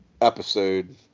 episode